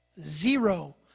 zero